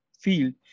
field